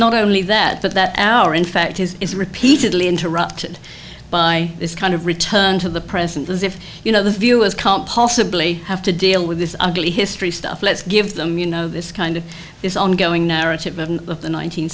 not only that but that hour in fact is repeatedly interrupted by this kind of return to the present as if you know the viewers can't possibly have to deal with this ugly history stuff let's give them you know this kind of this ongoing narrative of the